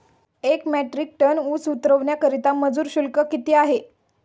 एक metric ton ऊस उतरवण्याकरता मजूर शुल्क किती आहे?